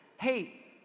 hey